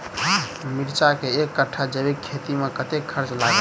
मिर्चा केँ एक कट्ठा जैविक खेती मे कतेक खर्च लागत?